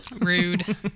Rude